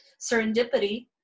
serendipity